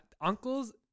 uncles